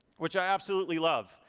which i absolutely love.